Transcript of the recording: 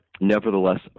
nevertheless